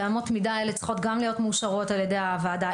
ואמות המידה האלה צריכות גם להיות מאושרות על ידי הוועדה.